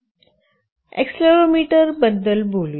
accelerometer बद्दल बोलू